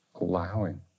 allowing